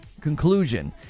Conclusion